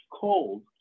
cold